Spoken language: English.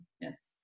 yes